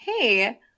Hey